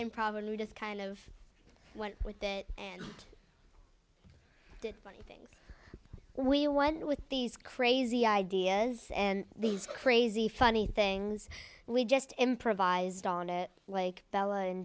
probably just kind of went with it and did funny things we went with these crazy ideas and these crazy funny things we just improvised on it like bella and